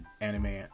anime